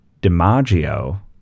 DiMaggio